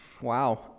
Wow